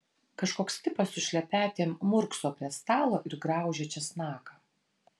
kažkoks tipas su šlepetėm murkso prie stalo ir graužia česnaką